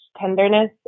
tenderness